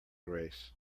race